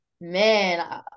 man